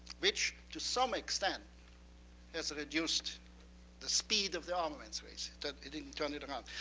which to some extent has reduced the speed of the armaments race, though it didn't turn it around.